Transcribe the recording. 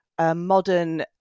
modern